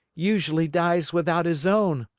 usually dies without his own